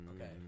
Okay